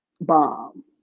bomb